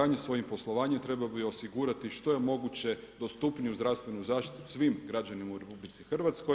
Dakle HZZO svojim poslovanjem trebao bi osigurati što je moguće dostupniju zdravstvenu zaštitu svim građanima u RH.